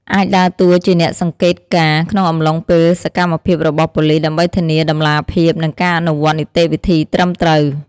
អាចដើរតួជាអ្នកសង្កេតការណ៍ក្នុងអំឡុងពេលសកម្មភាពរបស់ប៉ូលីស ដើម្បីធានាតម្លាភាព និងការអនុវត្តនីតិវិធីត្រឹមត្រូវ។